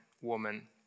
woman